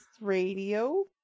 radio